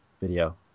video